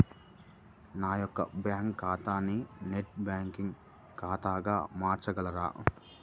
నా యొక్క బ్యాంకు ఖాతాని నెట్ బ్యాంకింగ్ ఖాతాగా మార్చగలరా?